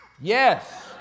Yes